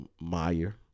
Meyer –